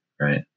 right